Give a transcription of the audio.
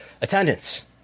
Attendance